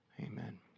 amen